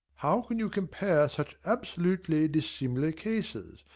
how can you compare such absolutely dissimilar cases?